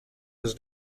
has